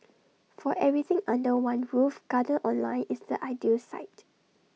for everything under one roof giant online is the ideal site